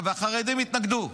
והחרדים התנגדו.